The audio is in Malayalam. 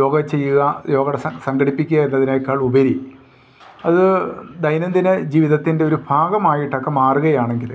യോഗ ചെയ്യുക യോഗയുടെ സംഘടിപ്പിക്കുക എന്നതിനേക്കാൾ ഉപരി അത് ദൈനംദിന ജീവിതത്തിൻറ്റൊരു ഭാഗമായിട്ടൊക്കെ മാറുകയാണെങ്കിൽ